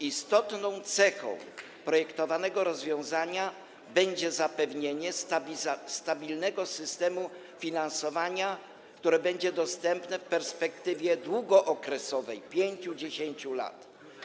Istotną cechą projektowanego rozwiązania będzie zapewnienie stabilnego systemu finansowania, które będzie dostępne w perspektywie długookresowej 5–10 lat.